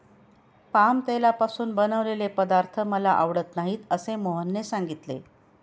palm तेलापासून बनवलेले पदार्थ मला आवडत नाहीत असे मोहनने सांगितले